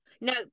No